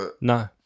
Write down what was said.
No